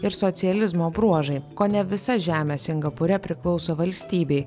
ir socializmo bruožai kone visa žemė singapūre priklauso valstybei